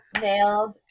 Nailed